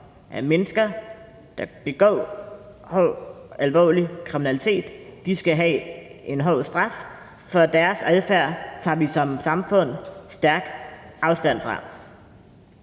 at mennesker, der begår hård, alvorlig kriminalitet, skal have en hård straf, for deres adfærd tager vi som samfund stærk afstand fra.